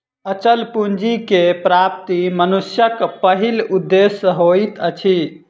अचल पूंजी के प्राप्ति मनुष्यक पहिल उदेश्य होइत अछि